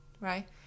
right